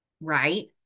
right